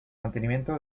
mantenimiento